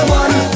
one